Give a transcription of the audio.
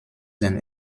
den